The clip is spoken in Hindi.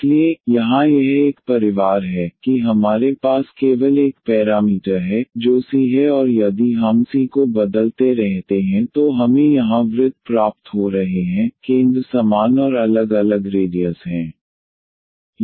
इसलिए यहाँ यह एक परिवार है कि हमारे पास केवल एक पैरामीटर है जो c है और यदि हम c को बदलते रहते हैं तो हमें यहाँ वृत्त प्राप्त हो रहे हैं केंद्र समान और अलग अलग रेडियस हैं